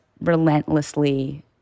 relentlessly